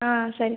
ஆ சரி